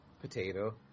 potato